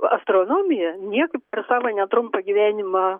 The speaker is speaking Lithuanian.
astronomija niekaip per savo netrumpą gyvenimą